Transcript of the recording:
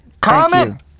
Comment